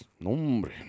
nombre